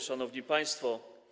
Szanowni Państwo!